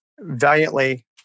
valiantly